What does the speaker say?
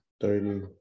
thirty